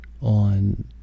on